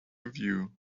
view